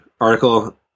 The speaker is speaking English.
article